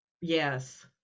Yes